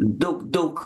daug daug